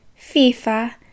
FIFA